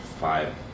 five